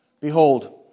Behold